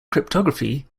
cryptography